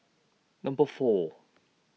Number four